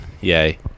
Yay